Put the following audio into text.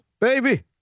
baby